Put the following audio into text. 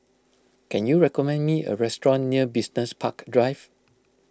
can you recommend me a restaurant near Business Park Drive